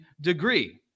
degree